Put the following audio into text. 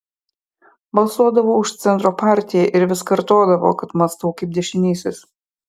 balsuodavo už centro partiją ir vis kartodavo kad mąstau kaip dešinysis